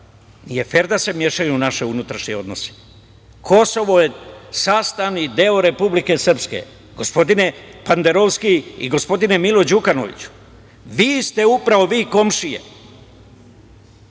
nije fer da se mešaju u naše unutrašnje odnose. „Kosovo je sastavni deo Republike Srpske.“ Gospodine, Pandarovski, gospodine Milo Đukanoviću, vi ste upravo komšije.